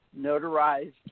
notarized